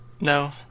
no